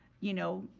you know,